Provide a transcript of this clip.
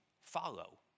follow